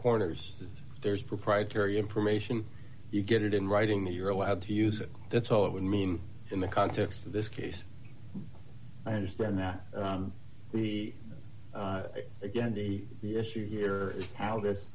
corners there's proprietary information you get it in writing you're allowed to use it that's all it would mean in the context of this case i understand that the again the the issue here is how this